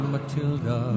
Matilda